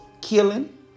killing